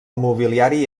mobiliari